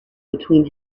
between